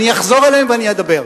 אני אחזור אליהם ואני אדבר.